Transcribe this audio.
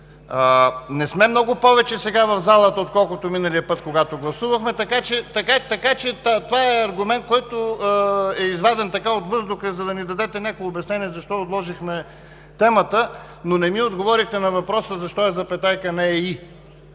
Не сме много повече сега в залата, отколкото миналия път, когато гласувахме, така че това е аргумент, който е изваден от въздуха, за да ни дадете някакво обяснение защо отложихме темата, но не ми отговорихте на въпроса, защо е „запетайка“, а